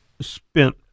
spent